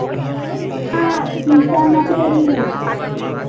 हाँ हाँ चिन्ता मत करिए